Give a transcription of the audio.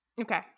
Okay